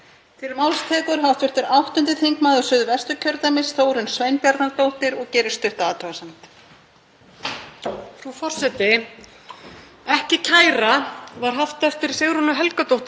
Ekki kæra, var haft eftir Sigrúnu Helgadóttur náttúrufræðingi þegar hún hafði kært skipun þjóðgarðsvarðar í Skaftafellsþjóðgarði gamla samkvæmt gömlum jafnréttislögum.